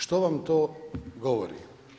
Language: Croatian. Što vam to govori?